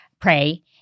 pray